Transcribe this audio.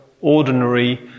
ordinary